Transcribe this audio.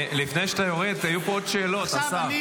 לפני שאתה יורד, היו פה עוד שאלות, השר.